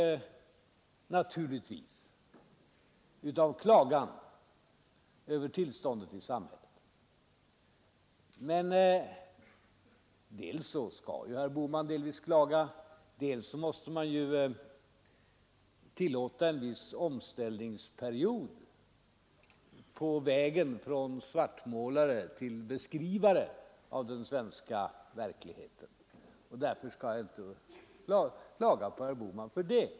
Sedan var det naturligtvis mycket av klagan över tillståndet i samhället. Men dels skall ju herr Bohman klaga, dels måste man tillåta herr Bohman en viss omställningsperiod på vägen från svartmålare till beskrivare av den svenska verkligheten, och därför skall jag inte klaga på herr Bohman för det.